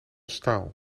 staal